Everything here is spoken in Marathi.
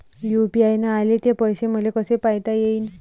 यू.पी.आय न आले ते पैसे मले कसे पायता येईन?